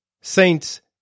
saints